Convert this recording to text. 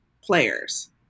players